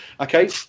Okay